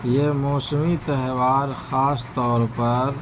یہ موسمی تہوار خاص طور پر